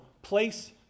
place